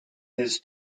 his